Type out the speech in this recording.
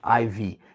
IV